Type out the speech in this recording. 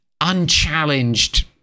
unchallenged